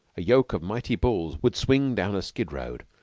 a yoke of mighty bulls would swing down a skid road,